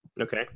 Okay